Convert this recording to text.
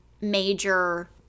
major